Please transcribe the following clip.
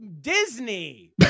Disney